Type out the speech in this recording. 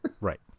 Right